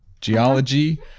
geology